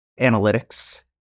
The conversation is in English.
analytics